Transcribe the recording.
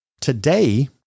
today